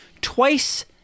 twice